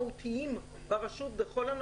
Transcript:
אני לא הייתי רוצה שהבנק שלי יקרוס.